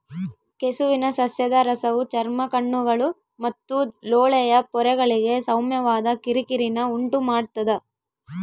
ಕೆಸುವಿನ ಸಸ್ಯದ ರಸವು ಚರ್ಮ ಕಣ್ಣುಗಳು ಮತ್ತು ಲೋಳೆಯ ಪೊರೆಗಳಿಗೆ ಸೌಮ್ಯವಾದ ಕಿರಿಕಿರಿನ ಉಂಟುಮಾಡ್ತದ